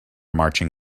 marching